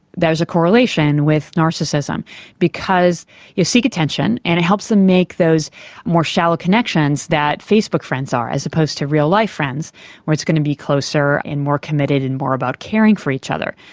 there is a correlation with narcissism because you seek attention and it helps them make those more shallow connections that facebook friends are as opposed to real-life friends where it's going to be closer and more committed and more about caring for each other.